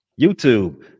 YouTube